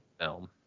film